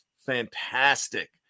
fantastic